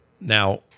Now